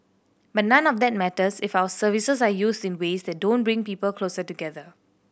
but none of that matters if our services are used in ways that don't bring people closer together